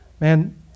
Man